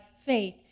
faith